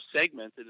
segmented